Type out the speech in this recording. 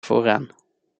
vooraan